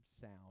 sound